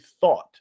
thought